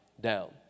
down